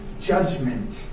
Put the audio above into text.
judgment